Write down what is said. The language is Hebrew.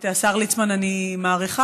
את השר ליצמן אני מעריכה,